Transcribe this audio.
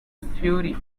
fury